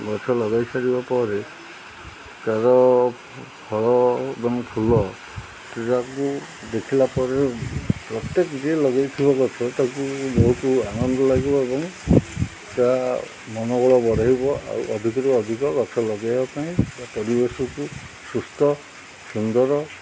ଗଛ ଲଗାଇ ସାରିବା ପରେ ତା'ର ଫଳ ଏବଂ ଫୁଲ ସେରାକୁ ଦେଖିଲା ପରେ ପ୍ରତ୍ୟେକ ଯିଏ ଲଗାଇଥିବ ଗଛ ତାକୁ ବହୁତ ଆନନ୍ଦ ଲାଗିବ ଏବଂ ତା' ମନୋବଳ ବଢ଼ାଇବ ଆଉ ଅଧିକରୁ ଅଧିକ ଗଛ ଲଗାଇବା ପାଇଁ ତା' ପରିବେଶକୁ ସୁସ୍ଥ ସୁନ୍ଦର